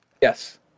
Yes